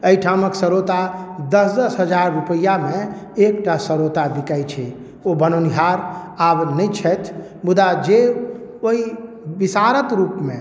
अयठामक सरौता दस दस हजार रूपैआमे एकटा सरौता बिकाइ छै ओ बनेनिहार आब नहि छथि मुदा जे ओइ विसारत रूपमे